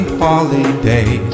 holiday